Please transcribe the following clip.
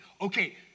okay